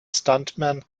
stuntman